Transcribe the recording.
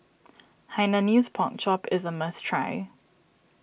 Hainanese Pork Chop is a must try